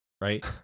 right